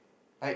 like